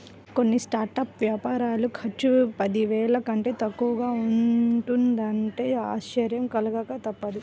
కొన్ని స్టార్టప్ వ్యాపారాల ఖర్చు పదివేల కంటే తక్కువగా ఉంటున్నదంటే ఆశ్చర్యం కలగక తప్పదు